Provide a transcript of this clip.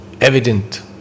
evident